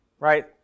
Right